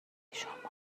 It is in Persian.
شمارو